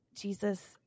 Jesus